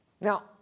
Now